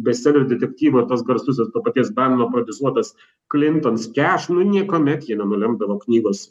bestselerių detektyvų ar tas garsusis to paties banono prodiusuotas klinton skeš nu niekuomet jie nenulemdavo knygos